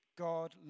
God